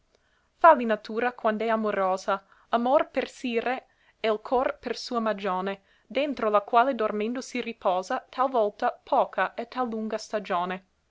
fàlli natura quand'è amorosa amor per sire e l cor per sua magione dentro la qual dormendo si riposa tal volta poca e tal lunga stagione